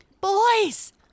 Boys